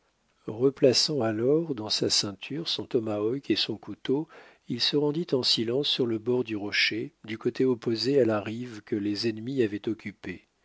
replaçant alors dans sa ceinture son tomahawk et son couteau il se rendit en silence sur le bord du rocher du côté opposé à la rive que les ennemis avaient occupée